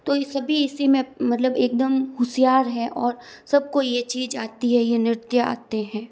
तो सभी इसी में मतलब एक दम होशियार है और सब को ये चीज़ आती है ये नृत्य आते हैं